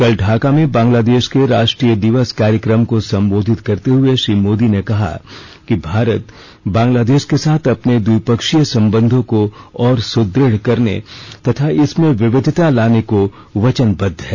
कल ढाका में बांग्लादेश के राष्ट्रीय दिवस कार्यक्रम को संबोधित करते हुए श्री मोदी ने कहा कि भारत बांग्लादेश के साथ अपने द्विपक्षीय संबंधों को और सुदुढ करने तथा इसमें विविधता लाने को वचनबद्ध है